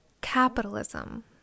Capitalism